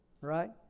right